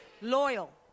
loyal